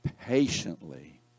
patiently